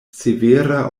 severa